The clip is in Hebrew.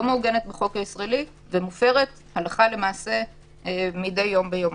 מעוגנת בחוק הישראלי ומופרת הלכה למעשה מדי יום ביומו.